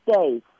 days